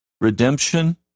redemption